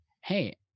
Hey